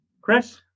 Chris